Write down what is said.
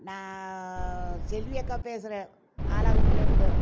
நான் செல்வி அக்கா பேசறேன் ஆலாகும்லேருந்து